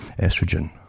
estrogen